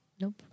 Nope